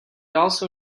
also